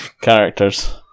characters